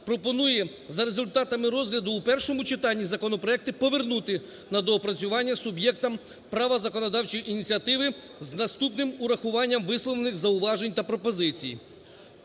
пропонує за результатами розгляду у першому читанні законопроекти повернути на доопрацювання суб'єктам права законодавчої ініціативи з наступним урахуванням висловлених зауважень та пропозицій.